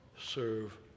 serve